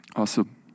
Awesome